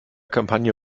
kampagne